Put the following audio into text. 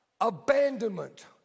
abandonment